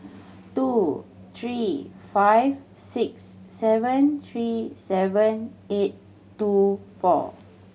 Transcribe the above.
two three five six seven three seven eight two four